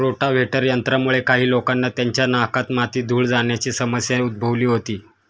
rotavator यंत्रामुळे काही लोकांना त्यांच्या नाकात माती, धूळ जाण्याची समस्या उद्भवली होती